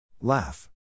Laugh